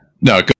No